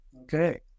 Okay